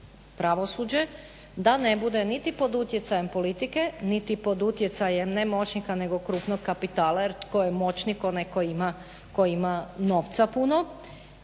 pravosuđe, da ne bude niti pod utjecajem politike niti pod utjecajem ne moćnika nego krupnog kapitala. Jer tko je moćnik? Onaj koji ima novca puno.